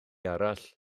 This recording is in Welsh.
arall